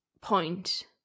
point